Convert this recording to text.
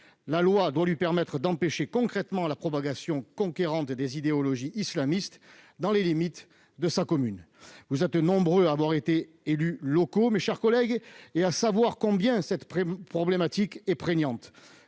La loi doit lui permettre d'empêcher concrètement la propagation conquérante des idéologies islamistes dans les limites de sa commune. Vous êtes nombreux à avoir été élus locaux, mes chers collègues, et à savoir combien cette problématique est prégnante.